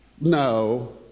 No